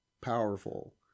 powerful